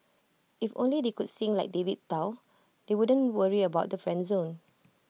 if only they could sing like David Tao they wouldn't worry about the friend zone